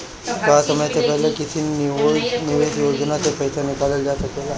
का समय से पहले किसी निवेश योजना से र्पइसा निकालल जा सकेला?